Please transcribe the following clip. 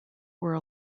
were